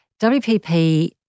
WPP